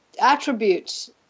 attributes